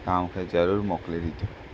तां मूंखे ज़रुरु मौकिले ॾिजो